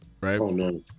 right